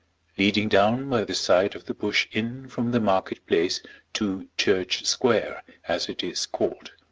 leading down by the side of the bush inn from the market-place to church square, as it is called.